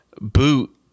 boot